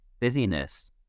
busyness